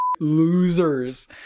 losers